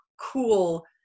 cool